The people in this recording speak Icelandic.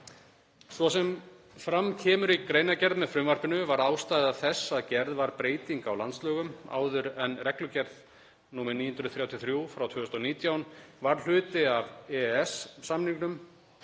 Svo sem fram kemur í greinargerð með frumvarpinu var ástæða þess að gerð var breyting á landslögum áður en reglugerð 2019/933 varð hluti af EES-samningnum